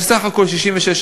שהיא בסך הכול בת 66 שנה,